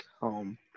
home